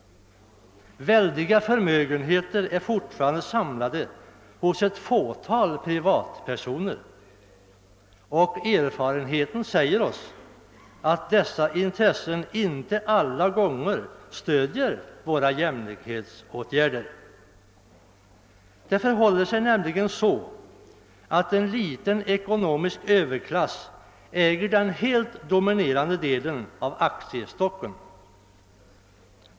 Väldiga förmögenheter är fortfarande samlade hos ett fåtal privatpersoner. Erfarenheten säger oss att dessa intressen inte alla gånger stöder våra jämlikhetsåtgärder. Det förhåller sig nämligen så, att en liten ekonomisk överklass äger den helt dominerande delen av aktiestocken.